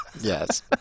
Yes